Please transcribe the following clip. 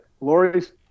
Lori's